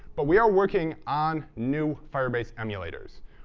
but we are working on new firebase emulators.